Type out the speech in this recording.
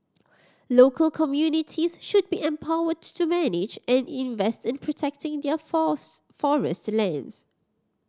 local communities should be empowered to manage and invest in protecting their forest lands